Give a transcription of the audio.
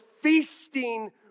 feasting